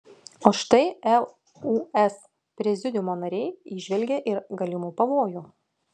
o štai lūs prezidiumo nariai įžvelgė ir galimų pavojų